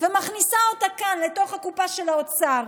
ומכניסה אותה כאן, לתוך הקופה של האוצר.